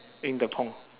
in the pond